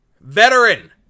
veteran